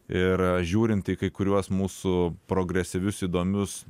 ir žiūrint į kai kuriuos mūsų progresyvius įdomius